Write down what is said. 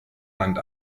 wand